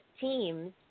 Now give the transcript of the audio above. teams